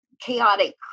Chaotic